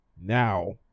Now